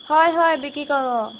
হয় হয় বিক্ৰী কৰোঁ অঁ